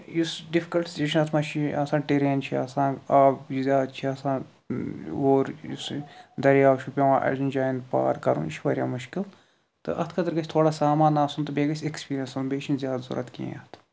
یُس difficult situation اَتھ مَنٛز چھ آسان ٹٔرین چھِ آسان آب یُس زیادٕ چھُ آسان اور یُس دٔریاو چھُ پٮ۪وان اَجٮ۪ن جاین پار کَرُن یہِ چھُ واریاہ مُشکل تہٕ اتھ خٲطرٕ گَژھِ تھوڑا سامان آسُن تہٕ بیٚیہِ گَژھِ ایٚکسپیٖریَنس آسُن تہٕ بیٚیہِ چھُ نہٕ زیاد ضروٗرت کیٚنٛہہ اتھ